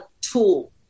tool